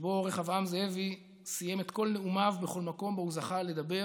שבו רחבעם זאבי סיים את כל נאומיו בכל מקום שבו זכה לדבר.